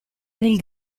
del